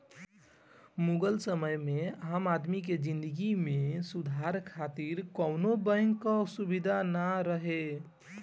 मुगल समय में आम आदमी के जिंदगी में सुधार खातिर कवनो बैंक कअ सुबिधा ना रहे